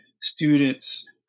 students